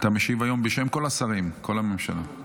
אתה משיב היום בשם כל השרים, כל הממשלה.